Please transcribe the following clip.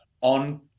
on